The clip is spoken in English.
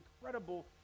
incredible